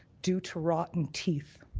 due to rotten teeth.